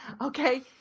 Okay